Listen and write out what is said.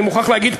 אני מוכרח להגיד,